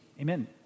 Amen